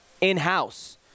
in-house